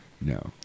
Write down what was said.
No